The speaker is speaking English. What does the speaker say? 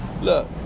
look